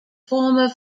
former